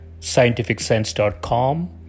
scientificsense.com